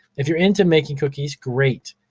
if you're into making cookies, great.